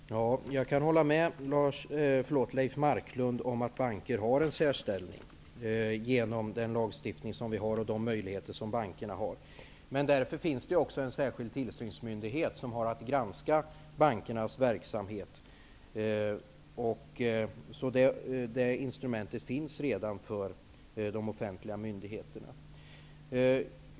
Herr talman! Jag kan hålla med Leif Marklund om att bankerna har en särställning genom den lagstiftning som vi har och de möjligheter som bankerna har. Därför finns det också en särskild tillsynsmyndighet, som har att granska bankernas verksamhet. Det instrumentet finns redan för de offentliga myndigheterna.